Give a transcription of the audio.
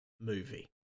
movie